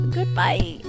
Goodbye